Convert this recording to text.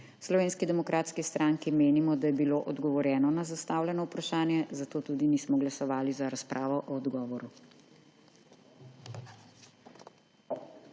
načrtovane projekte. V SDS menimo, da je bilo odgovorjeno na zastavljeno vprašanje, zato tudi nismo glasovali za razpravo o odgovoru.